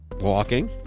walking